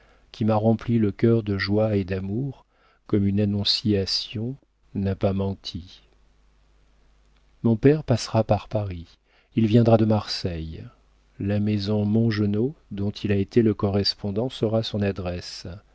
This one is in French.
qui m'a rempli le cœur de joie et d'amour comme une annonciation n'a pas menti mon père passera par paris il viendra de marseille la maison mongenod dont il a été le correspondant saura son adresse